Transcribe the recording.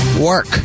work